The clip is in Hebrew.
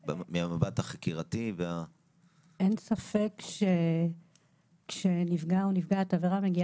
אבל למה רק עכשיו כשהכסף הועבר למשרד הבריאות מזה